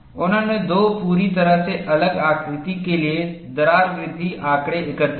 उन्होंने दो पूरी तरह से अलग आकृति के लिए दरार वृद्धि आंकड़े एकत्र किया